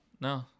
No